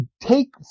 take